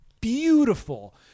beautiful